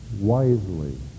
wisely